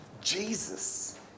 Jesus